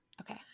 Okay